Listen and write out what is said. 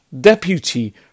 Deputy